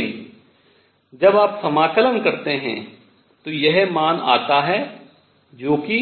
लेकिन जब आप समाकलन करते हैं तो यह मान आता है जो कि